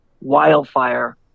wildfire